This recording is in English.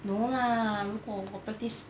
no lah for for practice